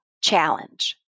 Challenge